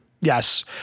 Yes